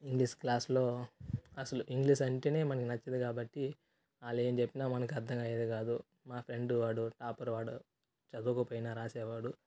English క్లాస్లో అసలు ఇంగ్లీష్ అంటేనే మనకు నచ్చదు కాబట్టి వాళ్ళేం చెప్పిన అర్థం అయ్యేది కాదు మా ఫ్రెండ్ వాడు టాపర్ వాడు చదువుకోపోయినా రాసేవాడు